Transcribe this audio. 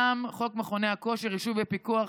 חדרי הכושר היו צריכים להיות פתוחים.